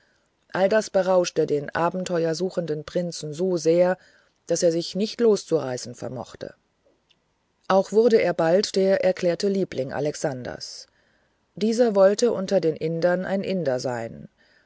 all das berauschte den abenteuer suchenden prinzen so sehr daß er sich nicht loszureißen vermochte auch wurde er bald der erklärte liebling alexanders dieser wollte unter den indern ein inder sein